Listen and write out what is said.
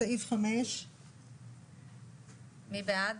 סעיף 5. מי בעד?